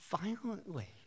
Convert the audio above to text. violently